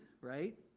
right